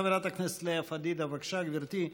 חברת הכנסת לאה פדידה, בבקשה, גברתי,